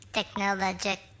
Technologic